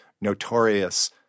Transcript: notorious